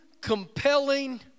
compelling